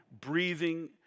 breathing